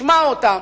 תשמע אותם.